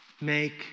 Make